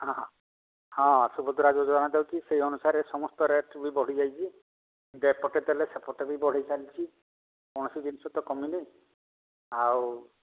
ହଁ ହଁ ସୁଭଦ୍ରା ଯୋଜନା ଯାଉଛି ସେଇ ଅନୁସାରେ ସମସ୍ତ ରେଟ ବି ବଢ଼ିଯାଇଛି ଏପଟେ ଦେଲେ ସେପଟେ ବି ବଢ଼ି ଚାଲିଛି କୌଣସି ଜିନିଷ ତ କମିନି ଆଉ